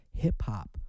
hip-hop